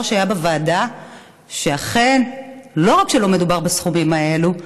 שהיה בוועדה שאכן לא רק שלא מדובר בסכומים האלה,